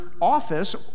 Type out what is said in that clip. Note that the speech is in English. office